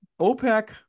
OPEC